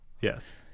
Yes